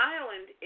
Island